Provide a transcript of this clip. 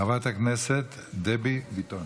חברת הכנסת דבי ביטון.